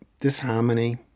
disharmony